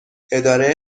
اداره